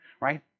right